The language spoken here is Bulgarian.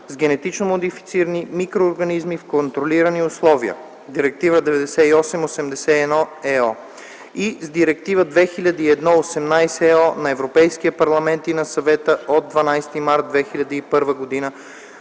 с генетично модифицирани микроорганизми в контролирани условия (Директива 98/81/ЕО) и с Директива 2001/18/ЕО на Европейския парламент и на Съвета от 12 март 2001 г.